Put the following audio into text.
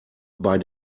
bei